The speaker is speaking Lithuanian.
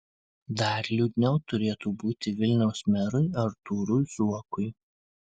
dar liūdniau turėtų būti vilniaus merui artūrui zuokui